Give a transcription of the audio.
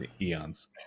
eons